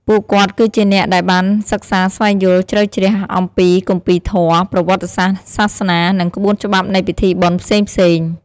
ពួកគាត់គឺជាអ្នកដែលបានសិក្សាស្វែងយល់ជ្រៅជ្រះអំពីគម្ពីរធម៌ ប្រវត្តិសាស្ត្រសាសនា និងក្បួនច្បាប់នៃពិធីបុណ្យផ្សេងៗ។